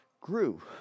grew